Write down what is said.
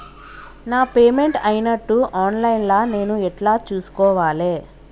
నా పేమెంట్ అయినట్టు online లా నేను ఎట్ల చూస్కోవాలే?